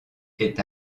est